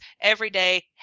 Everyday